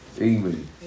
Amen